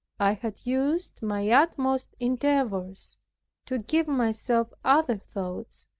i had used my utmost endeavors to give myself other thoughts,